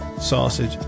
sausage